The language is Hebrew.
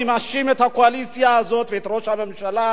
אני מאשים את הקואליציה הזאת ואת ראש הממשלה